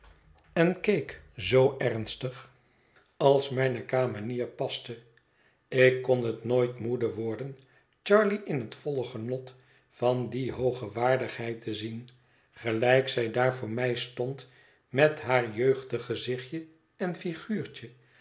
en keek zoo ernstig als mijne kamenier paste ik kon het nooit moede worden charley in het volle genot van die hooge waardigheid te zien gelijk zij daar voor mij stond met haar jeugdig gezichtje en figuurtje